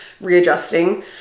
readjusting